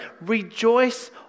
Rejoice